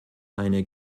eine